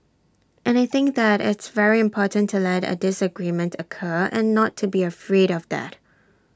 and I think that it's very important to let A disagreement occur and not to be afraid of that